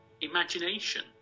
imagination